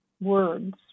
words